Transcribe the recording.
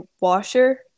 washer